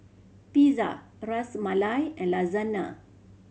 Pizza Ras Malai and Lasagna